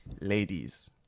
Ladies